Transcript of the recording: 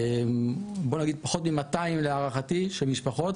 בוא נגיד פחות מ-200 לדעתי של משפחות